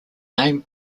name